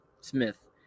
Smith